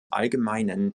allgemeinen